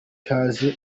ikaze